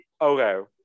Okay